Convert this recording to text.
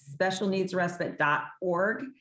specialneedsrespite.org